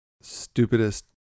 Stupidest